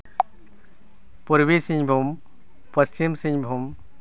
ᱯᱩᱨᱵᱤ ᱥᱤᱝᱵᱷᱩᱢ ᱯᱚᱥᱪᱷᱤᱢ ᱥᱤᱝᱵᱷᱩᱢ